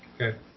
Okay